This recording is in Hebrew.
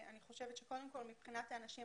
אני חושבת שקודם כל מבחינת האנשים,